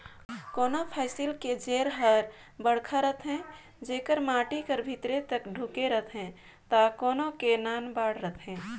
कोनों फसिल के जेर हर बड़खा रथे जेकर माटी के भीतरी तक ढूँके रहथे त कोनो के नानबड़ रहथे